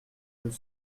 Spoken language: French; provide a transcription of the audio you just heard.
deux